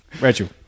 Rachel